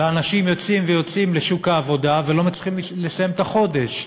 ואנשים יוצאים ויוצאים לשוק העבודה ולא מצליחים לסיים את החודש.